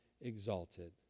exalted